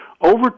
Over